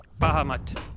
Bahamut